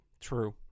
true